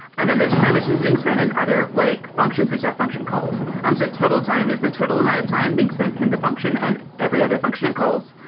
and then there's time which is being spent in other like functions which that function calls. the um so total time is the total amount of time being spent in the function and every other function it calls,